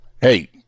hey